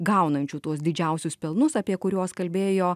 gaunančių tuos didžiausius pelnus apie kuriuos kalbėjo